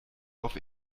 auf